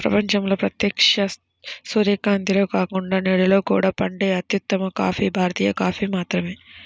ప్రపంచంలో ప్రత్యక్ష సూర్యకాంతిలో కాకుండా నీడలో కూడా పండే అత్యుత్తమ కాఫీ భారతీయ కాఫీ మాత్రమే